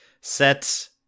set